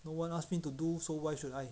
no one asked me to do so why should I